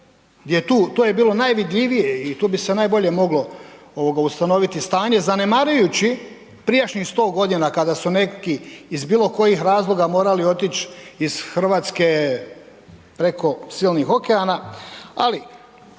to je bilo najvidljivije i tu bi se najbolje moglo ovoga ustanoviti stanje, zanemarujući prijašnjih 100 godina kada su neki iz bilo kojih razloga morali otić iz Hrvatske preko silnih okeana,